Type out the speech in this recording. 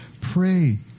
Pray